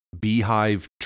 beehive